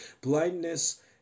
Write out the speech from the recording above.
blindness